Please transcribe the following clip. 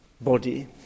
body